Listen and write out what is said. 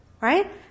Right